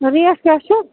rate کیاہ چھ